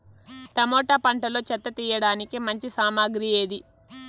Tomato పంటలో చెత్త తీయడానికి మంచి సామగ్రి ఏది?